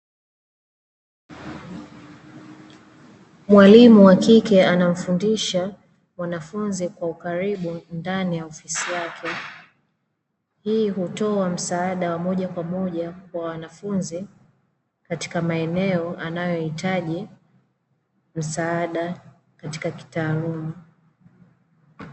Mwalimu wa kike, anamfundisha mwanafunzi kwa ukaribu ndani ya ofisi yake. Hii hutoa msaada wa moja kwa moja kwa wanafunzi katika maeneo anayohitaji msaada katika kitaaluma.